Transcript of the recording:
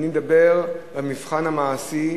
אני מדבר במבחן המעשי,